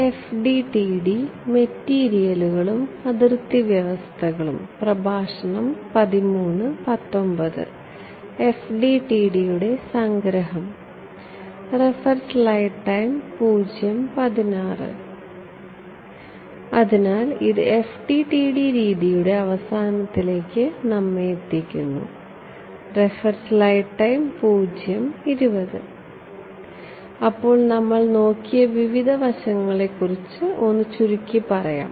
FDTD യുടെ സംഗ്രഹം അതിനാൽ ഇത് FDTD രീതിയുടെ അവസാനത്തിലേക്ക് നമ്മളെ എത്തിക്കുന്നു അതിനാൽ നമ്മൾ നോക്കിയ വിവിധ വശങ്ങളെക്കുറിച്ച് ഒന്ന് ചുരുക്കിപ്പറയാം